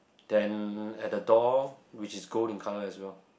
then at the door which is gold in colour as well